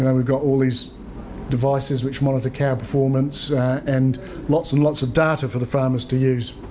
and we've got all these devices which monitor cow performance and lots and lots of data for the farmers to use.